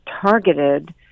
targeted